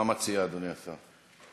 מה מציע אדוני השר?